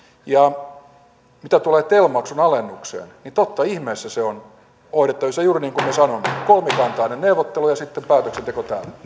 ja mitä tulee tel maksun alennukseen niin totta ihmeessä se on hoidettavissa juuri niin kuin olen sanonut kolmikantainen neuvottelu ja sitten päätöksenteko täällä